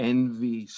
Envy